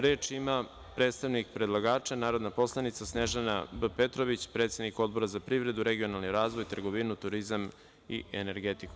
Reč ima predstavnik predlagača narodna poslanica Snežana B. Petrović, predsednik Odbora za privredu, regionalni razvoj, trgovinu, turizam i energetiku.